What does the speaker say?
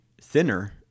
thinner